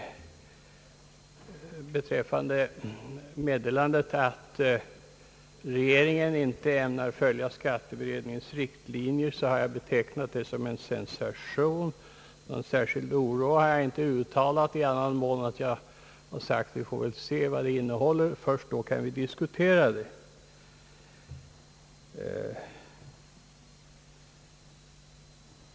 Meddelandet att regeringen inte ämnar följa skatteberedningens riktlinjer har jag betecknat som en sensation. Någon särskild oro har jag inte uttalat utan sagt att vi får se vad förslagen innehåller; först då kan vi diskutera dem.